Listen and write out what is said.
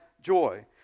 joy